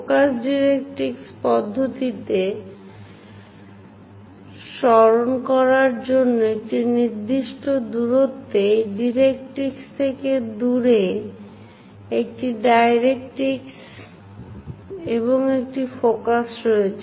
focus directrix পদ্ধতিটি স্মরণ করার জন্য একটি নির্দিষ্ট দূরত্বে এই ডাইরেক্ট্রিক্স থেকে দূরে একটি ডাইরেক্ট্রিক্স এবং একটি ফোকাস রয়েছে